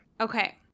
okay